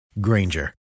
Granger